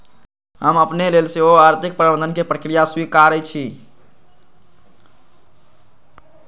हम अपने लेल सेहो आर्थिक प्रबंधन के प्रक्रिया स्वीकारइ छी